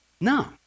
No